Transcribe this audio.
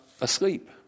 asleep